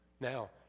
Now